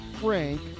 Frank